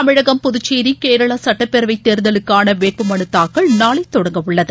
தமிழகம் புதுச்சேரி கேரளா சுட்டப்பேரவை தேர்தலுக்கான வேட்பு மனுத்தாக்கல் நாளை தொடங்க உள்ளது